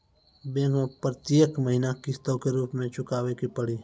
Bank मैं प्रेतियेक महीना किस्तो के रूप मे चुकाबै के पड़ी?